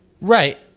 Right